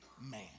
man